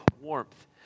warmth